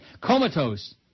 Comatose